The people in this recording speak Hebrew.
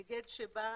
היגד שבא